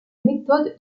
méthode